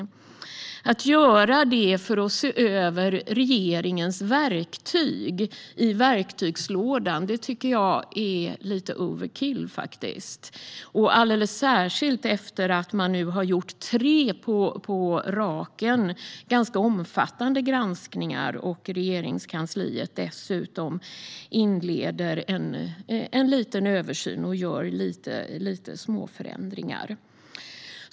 Att tillsätta en parlamentarisk utredning för att se över regeringens verktygslåda tycker jag är lite overkill, särskilt efter att det nu har gjorts tre ganska omfattande granskningar på raken. Nu inleder Regeringskansliet dessutom en liten översyn och gör lite småförändringar.